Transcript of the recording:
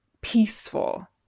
peaceful